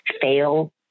fail